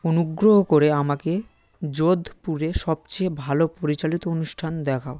অনুগ্রহ করে আমাকে যোধপুরে সবচেয়ে ভালো পরিচালিত অনুষ্ঠান দেখাও